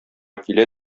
килә